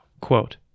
quote